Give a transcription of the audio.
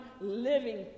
living